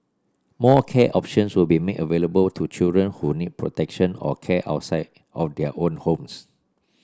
more care options will be made available to children who need protection or care outside of their own homes